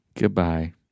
goodbye